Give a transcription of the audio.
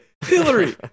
Hillary